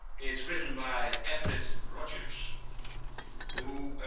it's written by everett rogers who